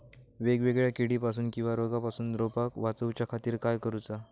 वेगवेगल्या किडीपासून किवा रोगापासून रोपाक वाचउच्या खातीर काय करूचा?